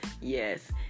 Yes